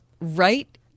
right